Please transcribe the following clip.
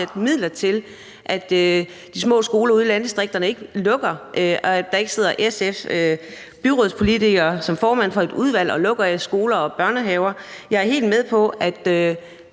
at de små skoler ude i landdistrikterne ikke lukker, så der ikke sidder en SF-byrådspolitiker som formand for et udvalg og lukker skoler og børnehaver? Jeg er helt med på, at